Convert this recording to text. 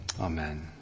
Amen